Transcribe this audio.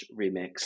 remix